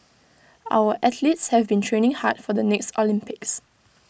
our athletes have been training hard for the next Olympics